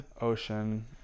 Ocean